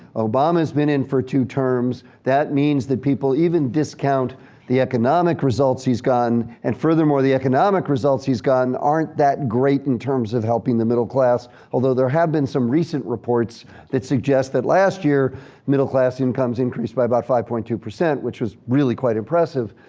obama's been in for two terms. that means that people, even discount the economic results he's gotten, and furthermore, the economic results he's gotten aren't that great in terms of helping the middle class. although there have been some recent reports that suggest that last year middle class incomes increased by about five point two, which was really quite impressive.